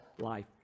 life